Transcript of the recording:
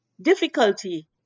difficulty